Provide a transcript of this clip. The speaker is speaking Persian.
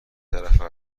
طرفه